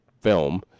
film